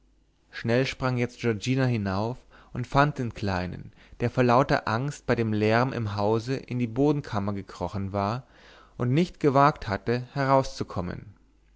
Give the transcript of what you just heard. schnell sprang jetzt giorgina hinauf und fand den kleinen der vor angst bei dem lärm im hause in die bodenkammer gekrochen war und nicht gewagt hatte herauszukommen